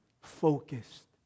focused